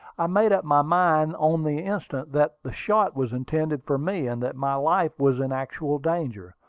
i made up my mind on the instant that the shot was intended for me, and that my life was in actual danger.